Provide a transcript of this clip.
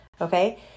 Okay